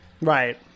Right